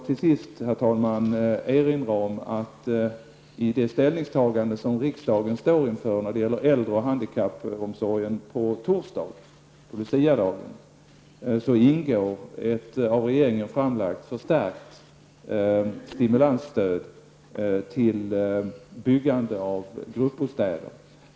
Till sist vill jag också erinra om att i det ställningstagande som riksdagen står inför när det gäller äldre och handikappomsorgen på torsdag, på luciadagen, ingår ett av regeringen framlagt förstärkt stimulansstöd till byggande av gruppbostäder.